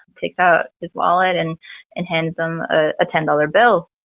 takes out his wallet and and hands them a ten dollars bill.